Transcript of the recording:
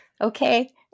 okay